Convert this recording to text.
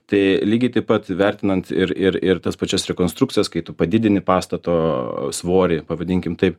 tai lygiai taip pat vertinant ir ir ir tas pačias rekonstrukcijas kai tu padidini pastato svorį pavadinkim taip